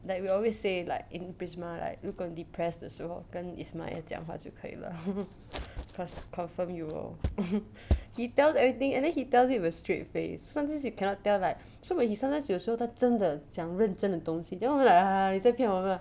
that we always say like in prisma like 如果你 depress 的时候跟 ismail 讲话就可以了 cause confirm you will he tells everything and then he tells you with a straight face sometimes you cannot tell like so when he sometimes 有时候他真的讲认真的东西 then we like !aiya! 你不要骗我们啦